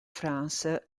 france